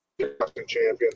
champion